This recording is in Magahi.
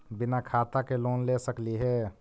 बिना खाता के लोन ले सकली हे?